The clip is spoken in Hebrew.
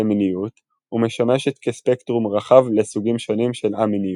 למיניות ומשמשת כספקטרום רחב לסוגים שונים של א-מיניות.